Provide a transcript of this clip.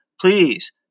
please